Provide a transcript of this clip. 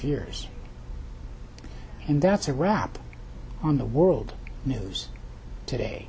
years and that's a wrap on the world news today